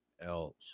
else